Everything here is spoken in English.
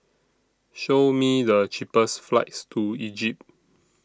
Show Me The cheapest flights to Egypt